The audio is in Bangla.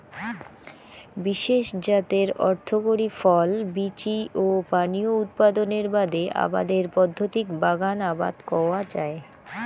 বিশেষ জাতের অর্থকরী ফল, বীচি ও পানীয় উৎপাদনের বাদে আবাদের পদ্ধতিক বাগান আবাদ কওয়া যায়